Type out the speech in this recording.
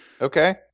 Okay